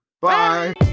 Bye